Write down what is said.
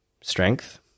strength